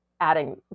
adding